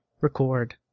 record